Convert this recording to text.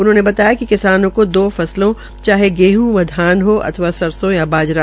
उन्होंने बताया कि किसानों को दो फसलों चाहे गेहं व धान हो अथवा सरसो या बाजरा